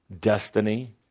destiny